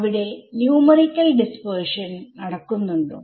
അവിടെ numerical dispersion നടക്കുന്നുണ്ടോ